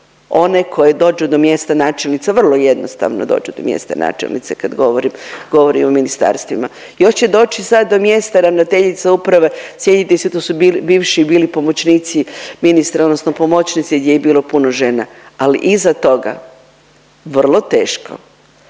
one koje dođu do mjesta načelnica, vrlo jednostavno dođu do mjesta načelnica kad govorim o ministarstvima. Još će doći sad do mjesta ravnateljice uprave, sjetite se tu su bivši bili pomoćnici ministra, odnosno pomoćnici gdje je bilo i puno žena. Ali iza toga vrlo teško